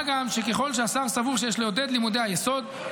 מה גם שככל שהשר סבור שיש לעודד את לימודי היסוד,